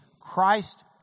Christ